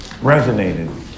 resonated